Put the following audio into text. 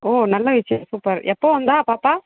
ஓ நல்ல விஷயம் சூப்பர் எப்போ வந்தா பாப்பா